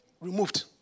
removed